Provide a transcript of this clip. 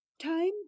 Time